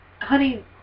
Honey